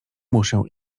muszę